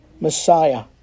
Messiah